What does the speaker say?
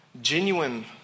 Genuine